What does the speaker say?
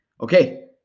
okay